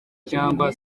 cyangwa